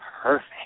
perfect